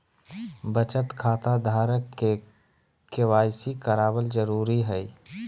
बचत खता धारक के के.वाई.सी कराबल जरुरी हइ